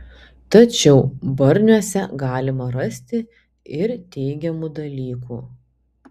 tačiau barniuose galima rasti ir teigiamų dalykų